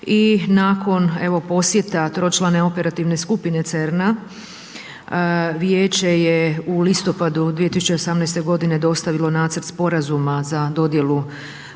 I nakon evo posjeta tročlane operativne skupine CERN-a vijeće je u listopadu 2018. dostavilo nacrt sporazuma za dodjelu